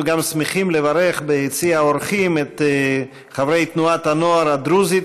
אנחנו גם שמחים לברך ביציע האורחים את חברי תנועת הנוער הדרוזית